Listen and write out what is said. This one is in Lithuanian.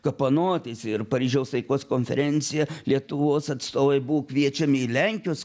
kapanotis ir paryžiaus taikos konferencija lietuvos atstovai buvo kviečiami į lenkijos